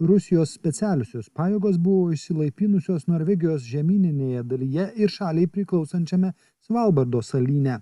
rusijos specialiosios pajėgos buvo išsilaipinusios norvegijos žemyninėje dalyje ir šaliai priklausančiame svalbardo salyne